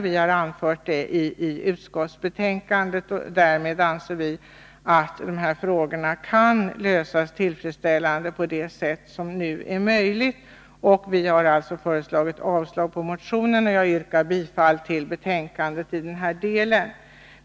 Vi har anfört detta i utskottsbetänkandet, och därmed anser vi att dessa frågor kan lösas tillfredsställande på det sätt som nu är möjligt. Vi har alltså föreslagit avslag på motionen. Jag yrkar bifall till hemställan i betänkandet i den här delen.